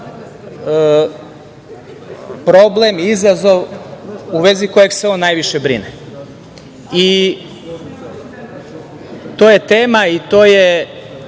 problem i izazov u vezi kojeg se on najviše brine. To je tema i to je